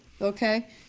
Okay